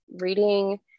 reading